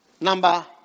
Number